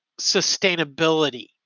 sustainability